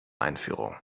einführung